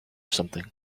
something